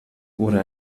wurde